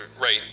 right